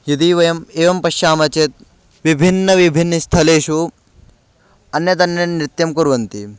यदि वयम् एवं पश्यामः चेत् विभिन्नविभिन्नस्थलेषु अन्यदन्यत् नृत्यं कुर्वन्ति